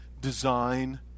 design